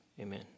Amen